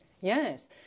Yes